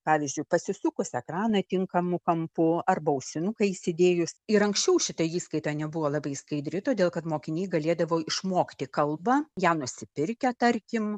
pavyzdžiui pasisukus ekraną tinkamu kampu arba ausinuką įsidėjus ir anksčiau šita įskaita nebuvo labai skaidri todėl kad mokiniai galėdavo išmokti kalbą ją nusipirkę tarkim